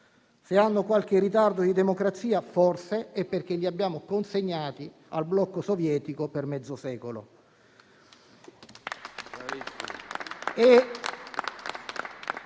Se hanno qualche ritardo di democrazia, forse è perché li abbiamo consegnati al blocco sovietico per mezzo secolo.